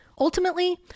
Ultimately